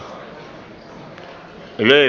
tytti yli